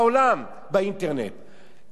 כבר אין ילד ואין ילדה,